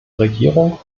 regierung